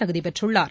தகுதி பெற்றுள்ளார்